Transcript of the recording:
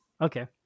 Okay